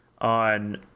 on